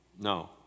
No